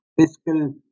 fiscal